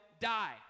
die